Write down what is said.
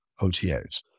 OTAs